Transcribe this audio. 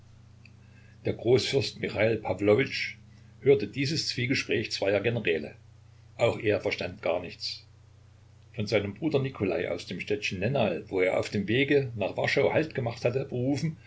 der großfürst michal pawlowitsch hörte dieses zwiegespräch zweier generäle auch er verstand gar nichts von seinem bruder nikolai aus dem städtchen nennal wo er auf dem wege nach warschau halt gemacht hatte